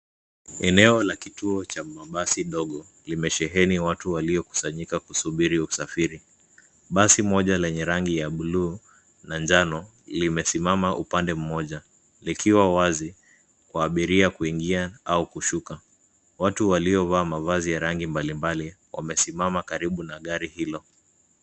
Eneo la kituo cha mabasi dogo limesheheni watu waliokusanyika kusubiri usafiri. Basi moja lenye rangi ya blue na njano limesimama upande mmoja likiwa wazi kwa abiria kuingia au kushuka. Watu waliovaa mavazi ya rangi mbalimbali wamesimama karibu na gari hilo.